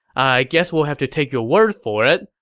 i guess we'll have to take your word for it.